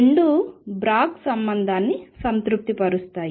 రెండూ బ్రాగ్ సంబంధాన్ని సంతృప్తిపరుస్తాయి